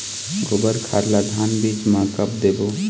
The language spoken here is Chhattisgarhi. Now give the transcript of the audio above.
गोबर खाद ला धान बीज म कब देबो?